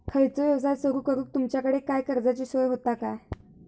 खयचो यवसाय सुरू करूक तुमच्याकडे काय कर्जाची सोय होता काय?